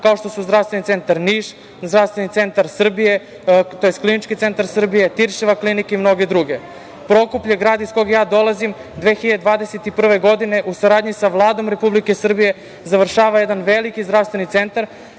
kao što su Zdravstveni centar Niš, Zdravstveni centar Srbije, tj. KC Srbije, Tiršova klinika i mnoge druge. Prokuplje, grad iz koga ja dolazim, 2021. godine u saradnji sa Vladom Republike Srbije završava jedan veliki zdravstveni centar